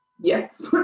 Yes